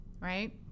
right